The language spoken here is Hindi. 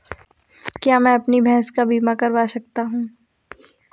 क्या मैं अपनी भैंस का बीमा करवा सकता हूँ?